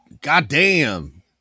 Goddamn